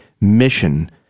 mission